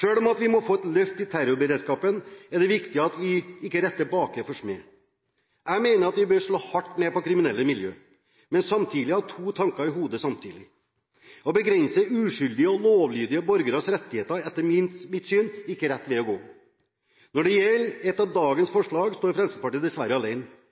Selv om vi må få et løft når det gjelder terrorberedskapen, er det viktig at vi ikke retter baker for smed. Jeg mener at vi bør slå hardt ned på kriminelle miljøer, men ha to tanker i hodet samtidig. Det å begrense uskyldige og lovlydige borgeres rettigheter er etter mitt syn ikke rett vei å gå. Når det gjelder ett av dagens forslag, står dessverre Fremskrittspartiet